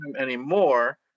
anymore